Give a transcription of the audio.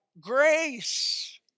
grace